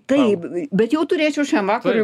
taip bet jau turėčiau šiam vakarui